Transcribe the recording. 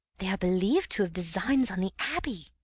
they are believed to have designs on the abbey!